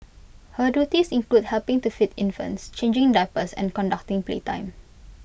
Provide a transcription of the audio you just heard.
her duties included helping to feed infants changing diapers and conducting playtime